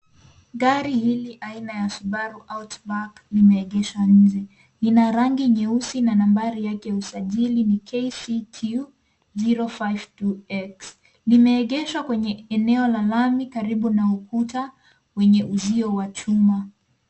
Gari hili aina ya subaru outback limeegeshwa nje. Lina rangi nyeusi na nambari yake ya usajili ni KCQ 052X.Limeegeshwa kwenye eneo la lami karibu na ukuta wenye uzio wa chuma.